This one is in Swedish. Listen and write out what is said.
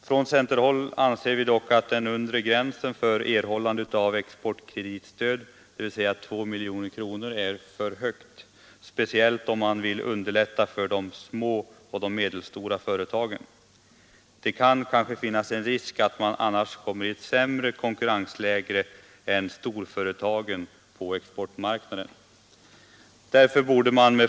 Från centerhåll anser vi dock att den undre gränsen för erhållande av exportkreditstödet, dvs. 2 miljoner kronor, är för hög, speciellt om man vill underlätta för de små och medelstora företagen. Det kan finnas en risk att dessa kommer i ett sämre konkurrensläge på exportmarknaden än storföretagen.